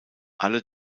alle